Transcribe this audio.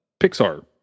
pixar